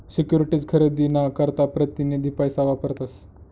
securities खरेदी ना करता प्रतीनिधी पैसा वापरतस